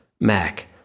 Mac